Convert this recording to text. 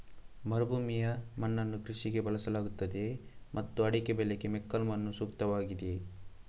ಮರುಭೂಮಿಯ ಮಣ್ಣನ್ನು ಕೃಷಿಗೆ ಬಳಸಲಾಗುತ್ತದೆಯೇ ಮತ್ತು ಅಡಿಕೆ ಬೆಳೆಗೆ ಮೆಕ್ಕಲು ಮಣ್ಣು ಸೂಕ್ತವಾಗಿದೆಯೇ?